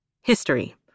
History